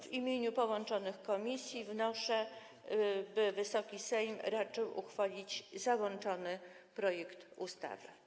W imieniu połączonych komisji wnoszę, by Wysoki Sejm raczył uchwalić załączony projekt ustawy.